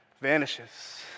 vanishes